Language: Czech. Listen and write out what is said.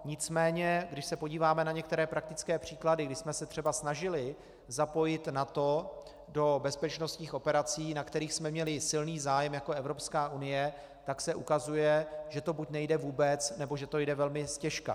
Nicméně když se podíváme na některé praktické příklady, kdy jsme se třeba snažili zapojit NATO do bezpečnostních operací, na kterých jsme měli silný zájem jako Evropská unie, tak se ukazuje, že to buď nejde vůbec, nebo že to jde velmi ztěžka.